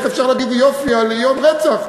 איך אפשר להגיד "יופי" על יום רצח?